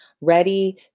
ready